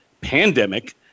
pandemic